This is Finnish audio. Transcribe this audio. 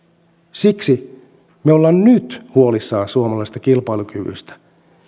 siksi me olemme nyt huolissamme suomalaista kilpailukyvystä